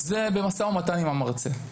זה במשא ומתן עם המרצה.